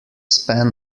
span